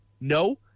no